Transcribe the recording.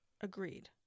Agreed